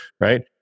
right